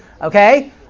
Okay